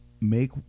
make